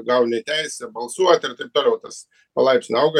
gauni teisę balsuot ir taip toliau tas palaipsniui auga